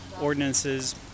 ordinances